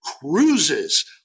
cruises